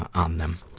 on them.